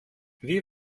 wie